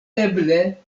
eble